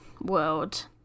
world